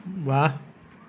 ৱাহ